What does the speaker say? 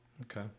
Okay